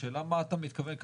השאלה מה אתה מתכוון כאן,